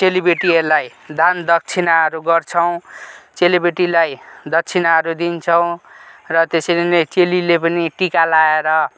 चेली बेटीहरूलाई दान दक्षिणाहरू गर्छौँ चेली बेटीलाई दक्षिणाहरू दिन्छौँ र त्यसरी नै चेलीले पनि टीका लगाएर